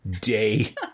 day